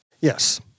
Yes